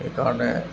সেইকাৰণে